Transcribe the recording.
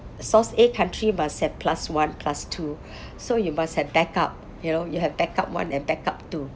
source A country must have plus one plus two so you must have backup you know you have backup one and backup two